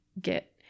get